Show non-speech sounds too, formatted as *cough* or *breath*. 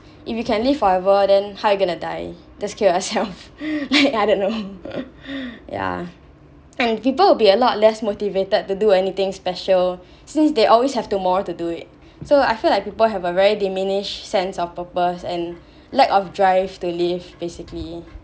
if you can live forever then how are you going to die just kill yourself *laughs* like I don't know yeah and people will be a lot less motivated to do anything special *breath* since they always have tomorrow to do it so I feel like people have a very diminished sense of purpose and *breath* lack of drive to live basically